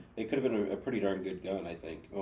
it could've been a pretty darn good gun, i think.